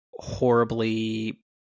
horribly